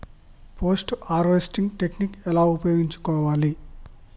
Post harvesting technique ఎలా ఉపయోగించుకోవాలి?